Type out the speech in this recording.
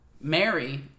Mary